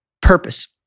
Purpose